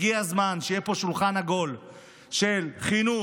הגיע הזמן שיהיה פה שולחן עגול של חינוך,